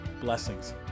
Blessings